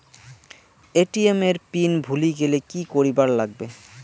ATM এর pin ভুলি গেলে কি করিবার লাগবে?